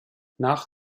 nach